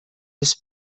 his